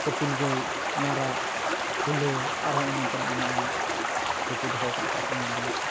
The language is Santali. ᱠᱟᱹᱯᱤᱞ ᱜᱟᱹᱭ ᱢᱟᱨᱟᱜ ᱠᱩᱞᱟᱹᱭ ᱟᱨᱦᱚᱸ ᱮᱢᱟᱱ ᱛᱮᱱᱟᱜ ᱟᱭᱢᱟ ᱟᱭᱢᱟᱠᱚ ᱠᱚ ᱫᱚᱦᱚᱣᱠᱟᱫ ᱠᱚᱣᱟ ᱥᱮ ᱧᱮᱞᱡᱚᱝᱟᱜ ᱞᱮᱠᱟ